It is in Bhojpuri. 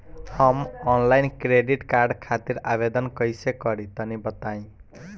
हम आनलाइन क्रेडिट कार्ड खातिर आवेदन कइसे करि तनि बताई?